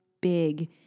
big